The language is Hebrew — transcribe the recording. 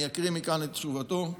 אני אקריא מכאן את תשובתו: